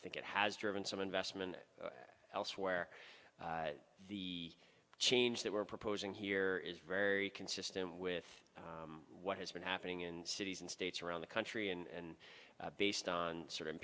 think it has driven some investment elsewhere the change that we're proposing here is very consistent with what has been happening in cities and states around the country and based on sort of